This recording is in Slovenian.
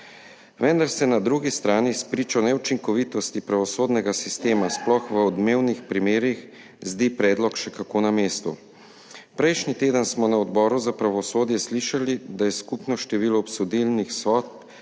Vendar se na drugi strani spričo neučinkovitosti pravosodnega sistema, sploh v odmevnih primerih, zdi predlog še kako na mestu. Prejšnji teden smo na Odboru za pravosodje slišali, da je skupno število obsodilnih sodb